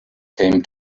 came